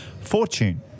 fortune